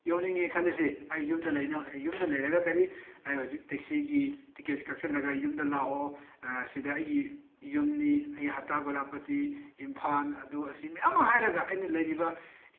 ꯌꯧꯅꯤꯡꯉꯦ ꯈꯜꯂꯁꯦ ꯑꯩ ꯌꯨꯝꯗ ꯌꯨꯝꯗ ꯂꯩꯔꯒ ꯀꯔꯤ ꯑꯩ ꯍꯧꯖꯤꯛ ꯇꯦꯛꯁꯤꯒꯤ ꯇꯤꯀꯦꯠ ꯀꯛꯁꯤꯜꯂꯒ ꯌꯨꯝꯗ ꯂꯥꯛꯑꯣ ꯁꯤꯗ ꯑꯩꯒꯤ ꯌꯨꯝꯅꯤ ꯑꯩ ꯍꯠꯇꯥ ꯒꯣꯂꯥꯄꯇꯤ ꯏꯝꯐꯥꯜ ꯑꯗꯨ ꯑꯁꯤ ꯃꯌꯥꯝ ꯍꯥꯏꯔꯒ ꯑꯩꯅ ꯂꯩꯔꯤꯕ